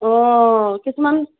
অ কিছুমান